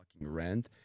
rent